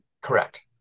Correct